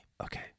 okay